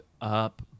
up